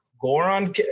Goron